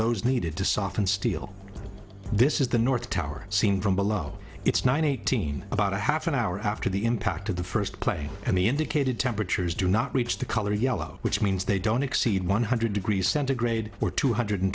those needed to soften steel this is the north tower seen from below its nine eighteen about a half an hour after the impact of the first plane and the indicated temperatures do not reach the color yellow which means they don't exceed one hundred degrees centigrade or two hundred